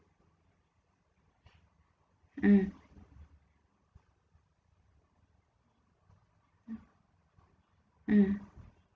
mm mm